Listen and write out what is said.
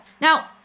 Now